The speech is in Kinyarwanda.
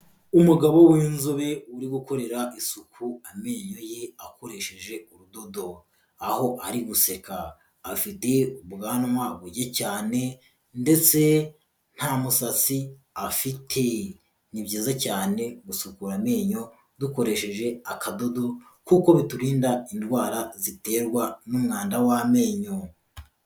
Umugabo w'inzobe uri gukorera isuku amenyo ye akoresheje urudodo, aho ari guseka afite ubwanwa buke cyane ndetse nta musatsi afite, ni byiza cyane gusukura amenyo dukoresheje akadodo kuko biturinda indwara ziterwa n'umwanda w'amenyo.